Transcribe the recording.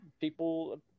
people